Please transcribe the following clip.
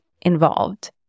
involved